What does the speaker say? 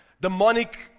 demonic